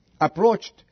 approached